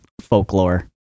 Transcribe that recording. folklore